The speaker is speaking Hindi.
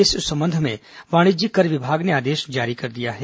इस संबंध में वाणिज्यिक कर विभाग ने आदेश जारी कर दिया है